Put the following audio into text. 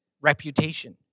reputation